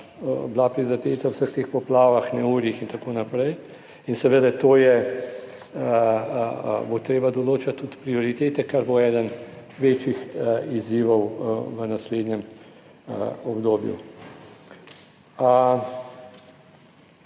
bila prizadeta v vseh teh poplavah, neurjih in tako naprej in seveda, to je…, bo treba določiti tudi prioritete, kar bo eden večjih izzivov **41.